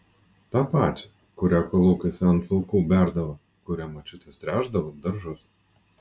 tą pačią kurią kolūkiuose ant laukų berdavo kuria močiutės tręšdavo daržus